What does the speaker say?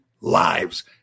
lives